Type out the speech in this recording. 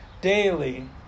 Daily